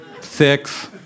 six